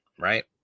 right